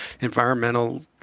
environmental